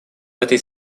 этой